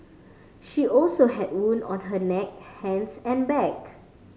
she also had wound on her neck hands and back